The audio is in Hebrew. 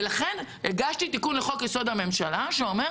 ולכן הגשתי את תיקון לחוק-יסוד: הממשלה שאומר